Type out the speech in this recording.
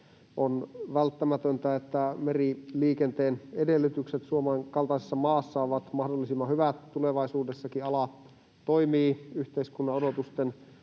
On välttämätöntä, että meriliikenteen edellytykset Suomen kaltaisessa maassa ovat mahdollisimman hyvät. Tulevaisuudessakin ala toimii yhteiskunnan odotusten